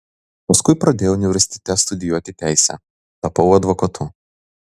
paskui pradėjau universitete studijuoti teisę tapau advokatu